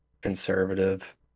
conservative